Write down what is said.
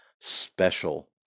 special